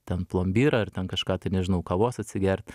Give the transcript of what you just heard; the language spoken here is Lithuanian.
ten plombyrą ar ten kažką tai nežinau kavos atsigert